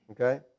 Okay